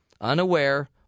unaware